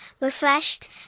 refreshed